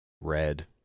red